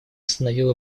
остановил